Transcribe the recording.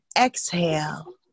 exhale